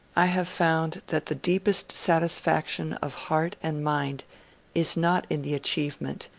i have found that the deepest satisfaction of heart and mind is not in the achievement,